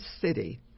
city